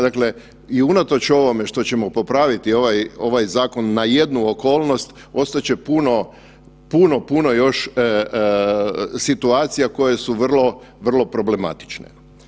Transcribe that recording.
Dakle i unatoč ovome što ćemo popraviti ovaj zakon na jednu okolnost ostat će puno, puno, puno još situacija koje su vrlo, vrlo problematične.